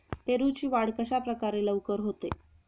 पेरूची वाढ कशाप्रकारे लवकर होते?